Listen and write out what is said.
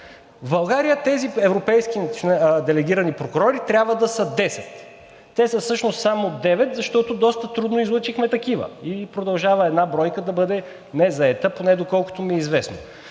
В България тези европейски делегирани прокурори трябва да са 10, те са всъщност само 9, защото доста трудно излъчихме такива и продължава една бройка да бъде незаета, поне доколкото ми е известно.